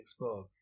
Xbox